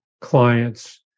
clients